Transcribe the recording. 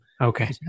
Okay